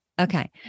Okay